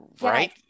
right